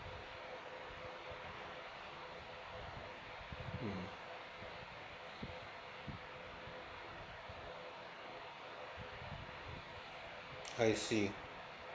mm I see